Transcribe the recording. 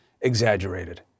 exaggerated